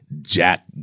Jack